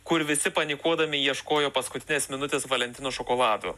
kur visi panikuodami ieškojo paskutinės minutės valentino šokoladų